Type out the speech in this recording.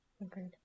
agreed